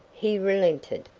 he relented.